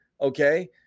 okay